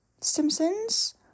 Simpsons